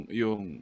yung